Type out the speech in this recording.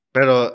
Pero